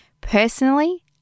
personally